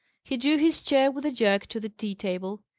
he drew his chair with a jerk to the tea-table,